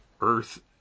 Earth